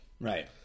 Right